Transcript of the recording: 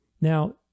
Now